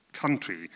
Country